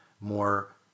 more